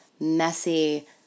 messy